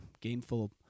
gainful